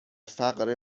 فقر